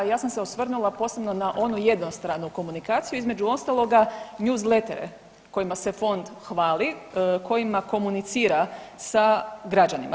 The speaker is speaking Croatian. Ja sam se osvrnula posebno na onu jednostranu komunikaciju, između ostaloga, newslettere kojima se Fond hvali, kojima komunicira sa građanima.